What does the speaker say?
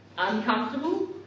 uncomfortable